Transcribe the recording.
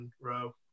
row